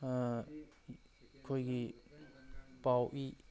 ꯑꯩꯈꯣꯏꯒꯤ ꯄꯥꯎ ꯏ